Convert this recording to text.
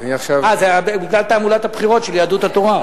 זה בגלל תעמולת הבחירות של יהדות התורה.